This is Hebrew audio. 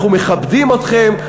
אנחנו מכבדים אתכם,